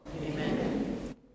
Amen